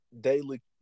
daily